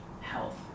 health